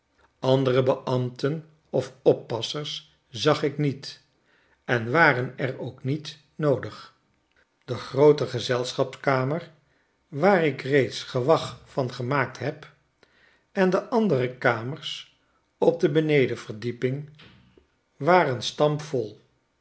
andere beambten of oppassers zag ik niet en waren er ook niet noodig de groote gezelschapskamer waar ik reeds gewag van gemaakt heb en de andere kamers op de benedenverdieping waren stampvol